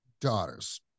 daughters